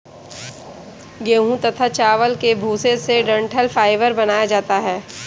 गेहूं तथा चावल के भूसे से डठंल फाइबर बनाया जाता है